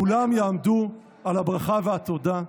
כולם יבואו על הברכה והתודה.